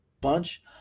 bunch